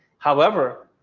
however,